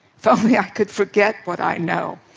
if only i could forget what i know.